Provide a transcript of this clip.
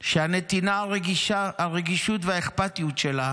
שהנתינה, הרגישות והאכפתיות שלה